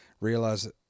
realize